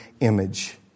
image